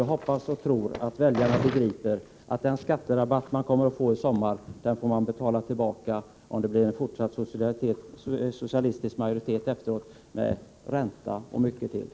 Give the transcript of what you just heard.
Jag hoppas och tror att väljarna begriper att de, om det blir en fortsatt socialistisk majoritet, med ränta och mycket till, efter valet, får betala tillbaka den skatterabatt som de kommer att ges i sommar.